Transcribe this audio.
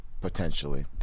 Potentially